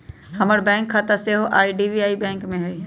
हमर बैंक खता सेहो आई.डी.बी.आई बैंक में हइ